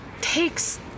takes